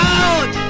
out